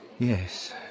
Yes